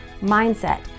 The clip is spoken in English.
mindset